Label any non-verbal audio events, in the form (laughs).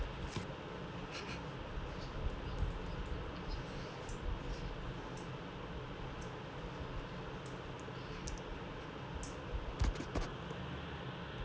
(laughs)